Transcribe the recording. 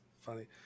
funny